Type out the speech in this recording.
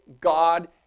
God